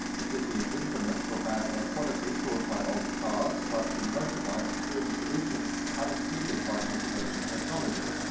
the city is infamous for bad air quality, caused by old cars, trucks and motorbikes spewing pollution unimpeded by mitigation technology.